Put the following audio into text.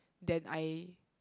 than I